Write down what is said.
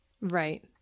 Right